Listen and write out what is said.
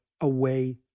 away